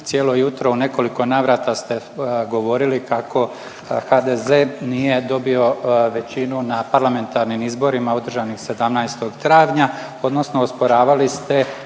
Cijelo jutro ste u nekoliko navrata ste govorili kako HDZ nije dobio većinu na parlamentarnim izborima održanim 17. travnja, odnosno osporavali ste